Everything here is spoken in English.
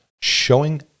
showing